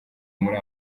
muri